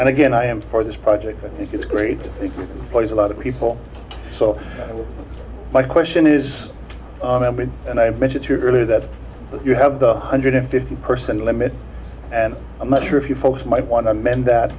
and again i am for this project i think it's great place a lot of people so my question is and i mentioned earlier that you have the hundred and fifty person limit and i'm not sure if you folks might want to amend that